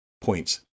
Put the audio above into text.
points